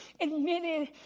admitted